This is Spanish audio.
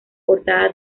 portada